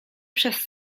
przez